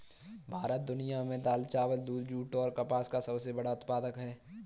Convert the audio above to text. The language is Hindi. भारत दुनिया में दाल, चावल, दूध, जूट और कपास का सबसे बड़ा उत्पादक है